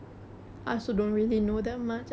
mm what types of breeds are there ah